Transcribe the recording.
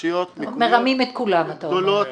מרמים את כולם, אתה אומר.